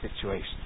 situation